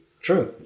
True